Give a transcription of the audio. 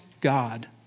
God